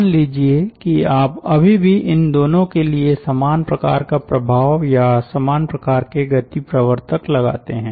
मान लीजिये कि आप अभी भी इन दोनों के लिए समान प्रकार का प्रभाव या समान प्रकार के गति प्रवर्तक लगाते हैं